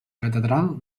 catedral